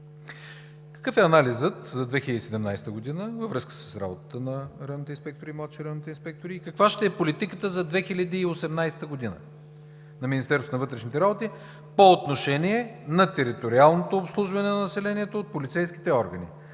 Какъв е анализът за 2017 г. във връзка с работата на районните инспектори и младши районните инспектори? Каква ще е политиката за 2018 г. на Министерството на вътрешните работи по отношение на териториалното обслужване на населението от полицейските органи?